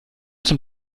zum